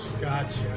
Gotcha